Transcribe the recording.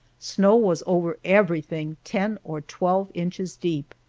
snow was over everything ten or twelve inches deep.